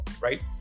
right